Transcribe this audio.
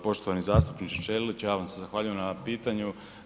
Poštovani zastupniče Ćelić ja vam se zahvaljujem na pitanju.